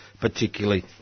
particularly